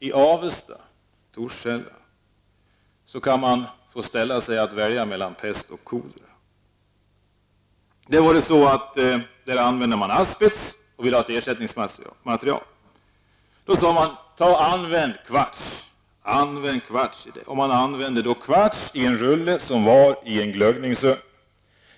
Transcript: I Avesta och Torshälla kan man välja mellan pest och kolera. Där använde man asbest men ville ha ett ersättningsmaterial. Man använde då kvarts i en rulle i en glödgningsugn.